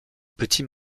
petits